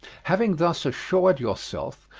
having thus assured yourself,